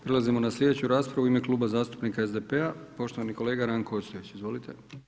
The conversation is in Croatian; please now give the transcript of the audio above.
Prelazimo na sljedeću raspravu u ime Kluba zastupnika SDP-a, poštovani kolega Ranko Ostojić, izvolite.